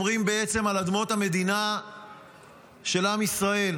שומרים על אדמות המדינה של עם ישראל,